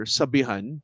sabihan